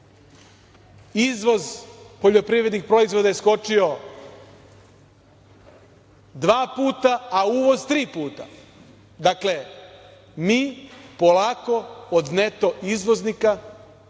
izvoz poljoprivrednih proizvoda je skočio dva puta, a uvoz tri puta. Dakle, mi polako od neto izvoznika idemo ka